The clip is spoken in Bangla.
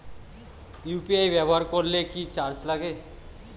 ইউ.পি.আই ব্যবহার করলে কি চার্জ লাগে?